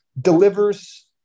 delivers